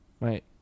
Right